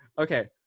Okay